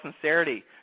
sincerity